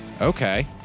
Okay